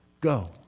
go